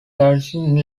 garrisoned